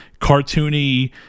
cartoony